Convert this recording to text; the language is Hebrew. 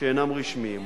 שאינם רשמיים.